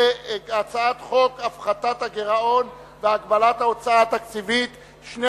והצעת חוק הפחתת הגירעון והגבלת ההוצאה התקציבית (תיקון מס' 11). שני